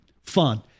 fun